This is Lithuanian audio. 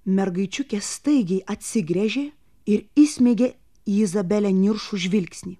mergaičiukė staigiai atsigręžė ir įsmeigė į izabelę niršų žvilgsnį